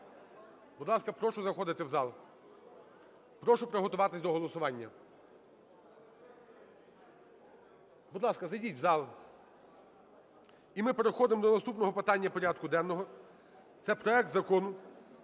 Будь ласка, прошу заходити в зал. Прошу приготуватись до голосування. Будь ласка, зайдіть в зал. І ми переходимо до наступного питання порядку денного – це проект Закону